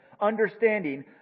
understanding